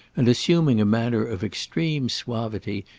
and assuming a manner of extreme suavity,